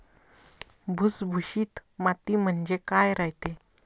भुसभुशीत माती म्हणजे काय रायते?